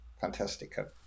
fantastic